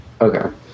Okay